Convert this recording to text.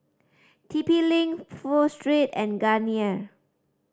T P Link Pho Street and Garnier